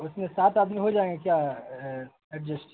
اس میں سات آدمی ہو جائیں گے کیا ایڈجسٹ